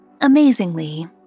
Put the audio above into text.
amazingly